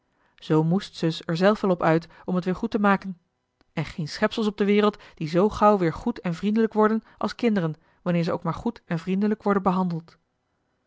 zoo moest zus er zelf wel op uit om t weer goed te maken en geen schepsels op de wereld die zoo gauw weer goed en vriendelijk worden als kinderen wanneer ze ook maar goed en vriendelijk worden behandeld